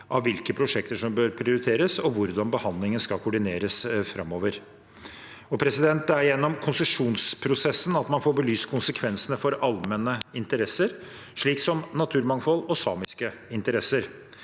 av hvilke prosjekter som bør prioriteres, og hvordan behandlingen skal koordineres framover. Det er gjennom konsesjonsprosessen at man får belyst konsekvensene for allmenne interesser, slik som naturmangfold og samiske interesser.